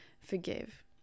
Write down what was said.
forgive